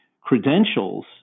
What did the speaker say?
credentials